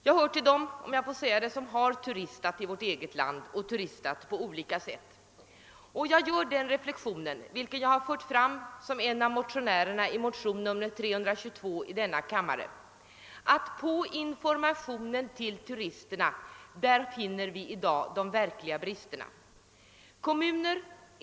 Jag hör till dem som på olika sätt har turistat i vårt eget land, och jag har gjort den reflexionen — vilken jag fört fram som en av motionärerna bakom motionen II:332 — att det är i fråga om informationen till turisterna vi i dag finner de verkliga bristerna.